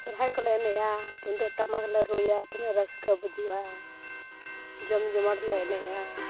ᱥᱚᱨᱦᱟᱭ ᱠᱚᱞᱮ ᱮᱱᱮᱡᱼᱟ ᱛᱩᱢᱫᱟᱜ ᱴᱟᱢᱟᱠ ᱞᱮ ᱨᱩᱭᱟ ᱛᱤᱱᱟᱹᱜ ᱨᱟᱹᱥᱠᱟᱹ ᱵᱩᱡᱩᱜᱼᱟ ᱡᱚᱢ ᱡᱚᱢᱟᱴ ᱞᱮ ᱮᱱᱮᱡᱼᱟ